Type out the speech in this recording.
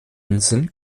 inseln